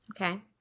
Okay